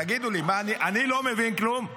תגידו לי, אני לא מבין כלום?